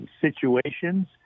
situations